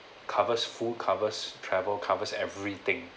covers full covers travel covers everything